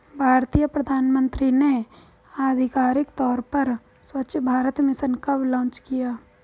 भारतीय प्रधानमंत्री ने आधिकारिक तौर पर स्वच्छ भारत मिशन कब लॉन्च किया?